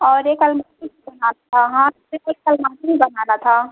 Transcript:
और एक अलमारी बनाना हाँ अलमारी भी बनाना था